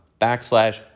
backslash